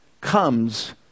comes